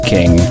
King